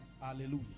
Hallelujah